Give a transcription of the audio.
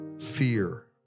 fear